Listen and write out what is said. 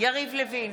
יריב לוין,